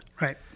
right